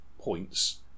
points